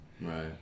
right